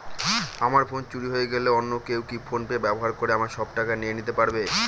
আমার ফোন চুরি হয়ে গেলে অন্য কেউ কি ফোন পে ব্যবহার করে আমার সব টাকা নিয়ে নিতে পারবে?